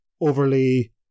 overly